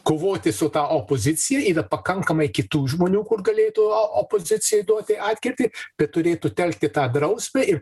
kovoti su ta opozicija yra pakankamai kitų žmonių kur galėtų opozicijai duoti atkirtį bet turėtų telkti tą drausmę ir